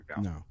No